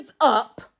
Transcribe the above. up